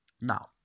Now